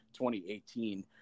2018